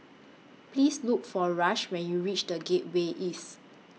Please Look For Rush when YOU REACH The Gateway East